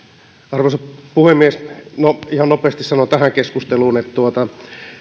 arvoisa puhemies no ihan nopeasti sanon tähän keskusteluun että